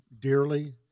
dearly